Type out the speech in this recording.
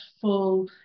full